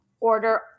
order